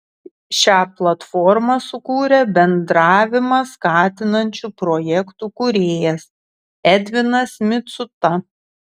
šią platformą sukūrė bendravimą skatinančių projektų kūrėjas edvinas micuta